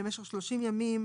למשך 30 ימים,